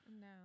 No